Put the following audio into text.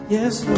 Yes